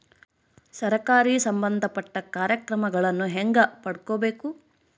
ಸರಕಾರಿ ಸಂಬಂಧಪಟ್ಟ ಕಾರ್ಯಕ್ರಮಗಳನ್ನು ಹೆಂಗ ಪಡ್ಕೊಬೇಕು?